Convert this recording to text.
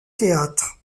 théâtre